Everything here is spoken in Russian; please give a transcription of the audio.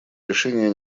решение